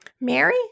Mary